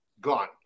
gone